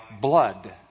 blood